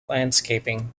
landscaping